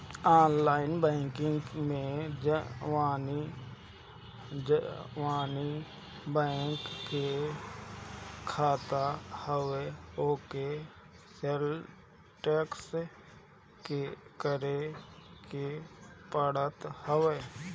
online banking में जवनी bank के खाता हवे ओके सलेक्ट करे के पड़त हवे